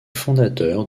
fondateurs